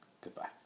Goodbye